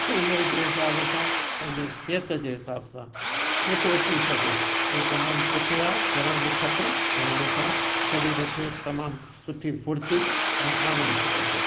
उमिरि जे हिसाब सां पंहिंजे सिहत जे हिसाब सां जेतिरो थी सघे उहो तमामु सुठो आहे करणु बि खपे ऐं इन सां शरीर खे तमामु सुठी फुर्ती ऐं आनंद थो अचे